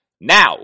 Now